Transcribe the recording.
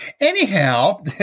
Anyhow